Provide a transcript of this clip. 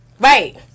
right